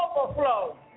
overflow